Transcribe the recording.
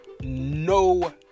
No